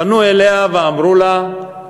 פנו אליה ואמרו לה: